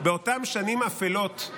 באותן שנים אפלות,